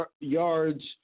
yards